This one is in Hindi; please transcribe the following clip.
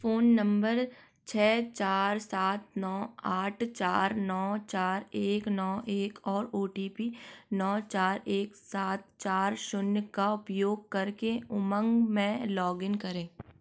फ़ोन नंबर छ चार सात नौ आठ चार नौ चार एक नौ एक और ओ टी पी नौ चार एक सात चार शून्य का उपयोग करके उमंग में लॉगइन करें